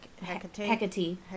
Hecate